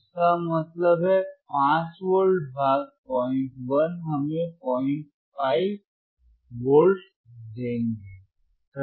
इसका मतलब है 5 वोल्ट भाग 01 हमें 05 वोल्ट देंगे सही